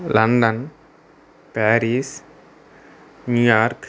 London Paris New York